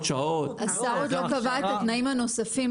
השר עוד לא קבע את התנאים הנוספים